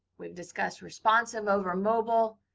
we've discussed responsive over mobile.